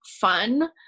fun